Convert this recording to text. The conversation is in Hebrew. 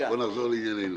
נחזור לענייננו.